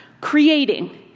creating